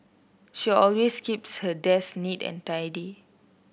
she always keeps her desk neat and tidy